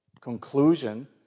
conclusion